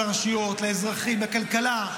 לא טוב לרשויות, לאזרחים, לכלכלה.